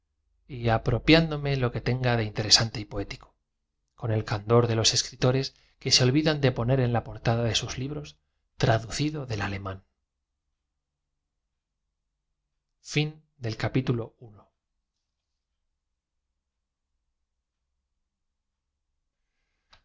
y apropiándome lo que tenga de interesante y poético dernach ambos viajeros eran franceses y con el candor de los escritores que se olvidan de poner en la portada por los uniformes azules y blancos que vestían con visos de terciopelo de sus libros traducido del alemán